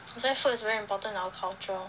that's why food is very important in our culture